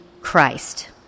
Christ